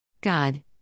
God